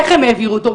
איך הם העבירו אותו,